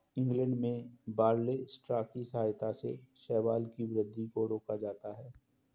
England में barley straw की सहायता से शैवाल की वृद्धि को रोका जाता है